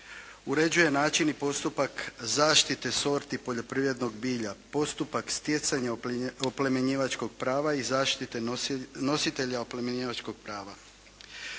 uređuje način i postupak zaštite sorti poljoprivrednog bilja. Postupak stjecanja oplemenjivačkog prava i zaštite nositelja oplemenjivačkog prava.